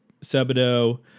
Sebado